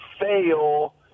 fail